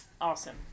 awesome